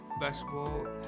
basketball